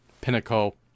pinnacle